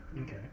Okay